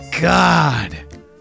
God